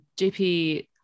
JP